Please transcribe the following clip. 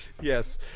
Yes